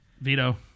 Veto